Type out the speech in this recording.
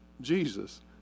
Jesus